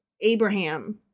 Abraham